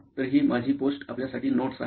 तर ही माझी पोस्ट आपल्यासाठी नोट्स आहे